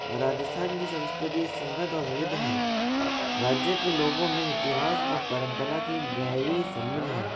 और राजस्थान की संस्कृति समृद्ध और विविध है राज्य के लोगो में इतिहास और परंपरा की गहरी समझ है